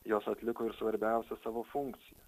jos atliko ir svarbiausią savo funkciją